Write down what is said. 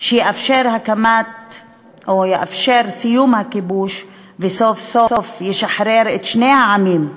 שיאפשר את סיום הכיבוש וסוף-סוף ישחרר את שני העמים,